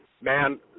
man